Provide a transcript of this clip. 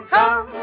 come